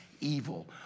evil